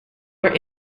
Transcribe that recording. were